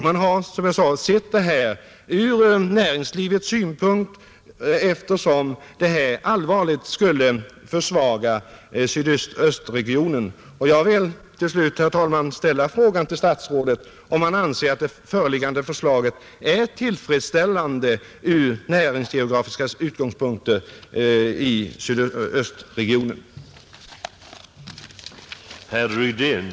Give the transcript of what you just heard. Man har som sagt sett frågan från näringslivets synpunkt, eftersom den föreslagna ändringen av distriktsindelningen allvarligt skulle försvaga sydöstregionen. Till slut vill jag, herr talman, fråga statsrådet om han anser att det föreliggande förslaget är tillfredsställande för sydöstregionen från näringsgeografiska synpunkter.